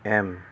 M